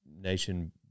nation